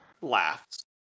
laughs